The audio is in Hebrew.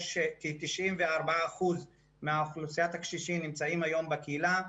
שכ-94% מאוכלוסיית הקשישים נמצאים היום בקהילה.